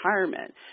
retirement